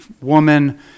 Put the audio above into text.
woman